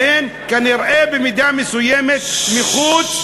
שהן כנראה במידה מסוימת מחוץ,